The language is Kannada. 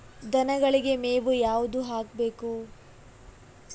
ದನಗಳಿಗೆ ಮೇವು ಯಾವುದು ಹಾಕ್ಬೇಕು?